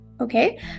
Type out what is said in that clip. Okay